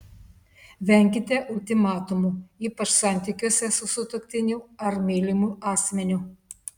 venkite ultimatumų ypač santykiuose su sutuoktiniu ar mylimu asmeniu